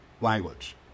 language